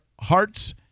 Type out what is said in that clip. hearts